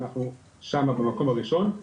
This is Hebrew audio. אנחנו שמה במקום הראשון.